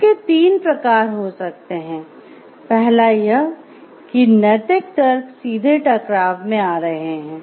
इसके तीन प्रकार हो सकते हैं पहला यह कि नैतिक तर्क सीधे टकराव में आ रहे हैं